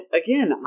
again